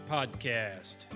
Podcast